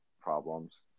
problems